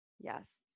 Yes